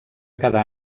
cada